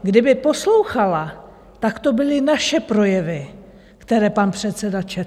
Kdyby poslouchala, tak to byly naše projevy, které pan předseda četl.